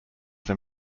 them